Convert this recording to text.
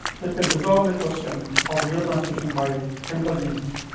that can resolve the question of neurotransmission by chemical means.